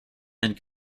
and